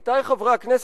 עמיתי חברי הכנסת,